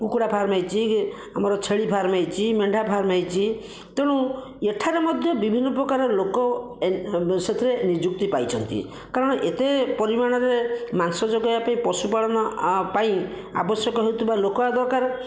କୁକୁଡ଼ା ଫାର୍ମ ହୋଇଛି ଇଏ ଆମର ଛେଳି ଫାର୍ମ ହୋଇଛି ମେଣ୍ଢା ଫାର୍ମ ହୋଇଛି ତେଣୁ ଏଠାରେ ମଧ୍ୟ ବିଭିନ୍ନ ପ୍ରକାରର ଲୋକ ଏଲ ସେଥିରେ ନିଯୁକ୍ତି ପାଇଛନ୍ତି କାରଣ ଏତେ ପରିମାଣରେ ମାଂସ ଯୋଗାଇବା ପାଇଁ ପଶୁପାଳନ ପାଇଁ ଆବଶ୍ୟକ ହେଉଥିବା ଲୋକ ଆଗ ଦରକାର